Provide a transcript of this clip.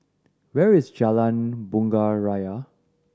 where is Jalan Bunga Raya